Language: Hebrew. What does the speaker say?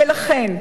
ולכן,